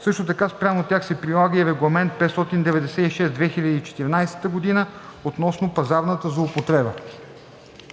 Също така спрямо тях се прилага и Регламент 596/2014 г. относно пазарната злоупотреба.